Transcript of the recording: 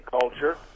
culture